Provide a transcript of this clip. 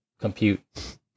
compute